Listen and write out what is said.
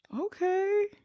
okay